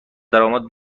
درآمد